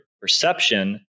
perception